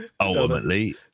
Ultimately